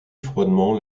froidement